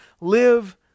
live